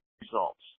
results